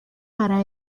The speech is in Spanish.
para